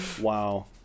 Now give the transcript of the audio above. Wow